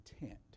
intent